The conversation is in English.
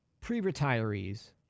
pre-retirees